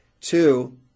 Two